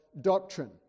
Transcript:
doctrine